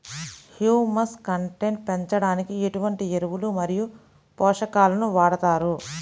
Humus content పెంచడానికి ఎటువంటి ఎరువులు మరియు పోషకాలను వాడతారు?